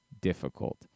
difficult